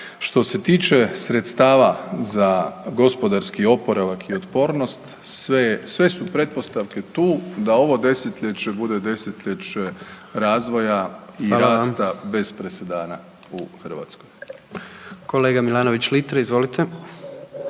Što se tiče sredstava za gospodarski oporavak i otpornost, sve su pretpostavke tu da ovo desetljeće bude desetljeće razvoja i …/Upadica predsjednik: hvala vam./… rasta